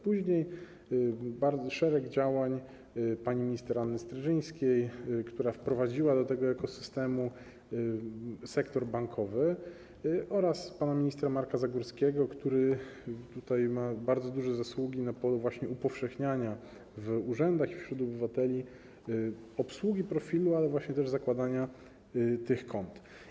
Później był szereg działań pani minister Anny Streżyńskiej, która wprowadziła do tego ekosystemu sektor bankowy, oraz pana ministra Marka Zagórskiego, który ma bardzo duże zasługi na polu upowszechniania w urzędach i wśród obywateli obsługi profilu, ale też zakładania tych kont.